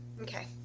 Okay